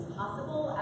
possible